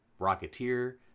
Rocketeer